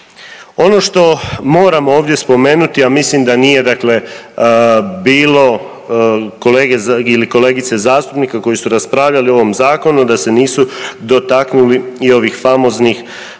Ono što moram ovdje spomenuti, a mislim da nije, dakle bilo kolege ili kolegice zastupnika koji su raspravljali o ovom zakonu, da se nisu dotaknuli i ovih famoznih